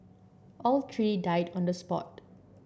all three died on the spot